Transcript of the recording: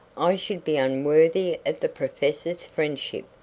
i should be unworthy the professor's friendship,